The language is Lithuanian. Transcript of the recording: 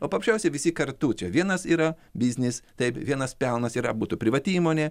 o paprasčiausiai visi kartu čia vienas yra biznis taip vienas pelnas yra būtų privati įmonė